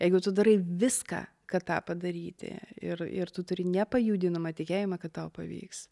jeigu tu darai viską kad tą padaryti ir ir tu turi nepajudinamą tikėjimą kad tau pavyks